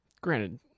Granted